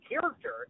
character